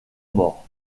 mort